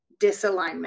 disalignment